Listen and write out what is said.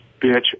bitch